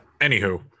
anywho